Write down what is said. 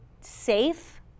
safe